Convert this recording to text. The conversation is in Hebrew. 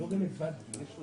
עוד